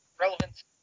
Relevance